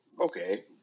okay